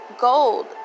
gold